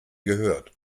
gehört